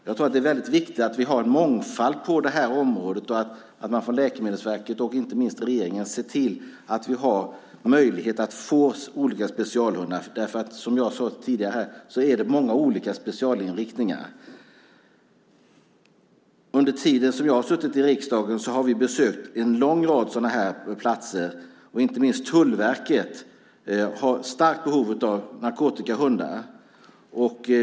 Jag tror att det är väldigt viktigt att vi har en mångfald på det här området och att man från Läkemedelsverket och inte minst regeringen ser till att vi har möjlighet att få olika specialhundar. Som jag sade tidigare är det många olika specialinriktningar. Under den tid som jag har suttit i riksdagen har vi besökt en lång rad platser. Inte minst Tullverket har ett starkt behov av narkotikahundar.